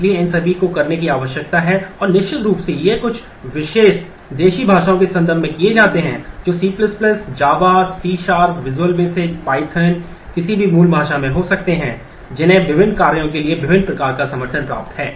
इसलिए इन सभी को करने की आवश्यकता है और निश्चित रूप से ये कुछ विशेष देशी भाषाओं के संदर्भ में किए जाते हैं जो C java C visual basic python किसी भी मूल भाषा मे हो सकते हैं जिन्हें विभिन्न कार्यों के लिए विभिन्न प्रकार का समर्थन प्राप्त है